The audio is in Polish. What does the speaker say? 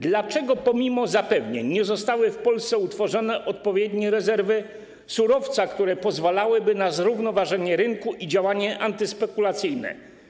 Dlaczego pomimo zapewnień nie zostały w Polsce utworzone odpowiednie rezerwy surowca, które pozwalałyby na zrównoważenie rynku i działanie antyspekulacyjne?